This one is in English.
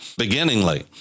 beginningly